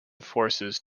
forces